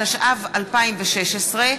התשע"ו 2016,